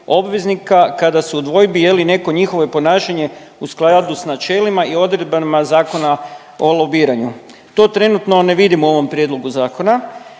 obveznika kada su u dvojbi je li neko njihovo ponašanje u skladu s načelima i odredbama Zakona o lobiranju. To trenutno ne vidim u ovom prijedlogu zakona,